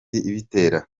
ibitera